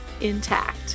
intact